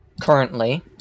currently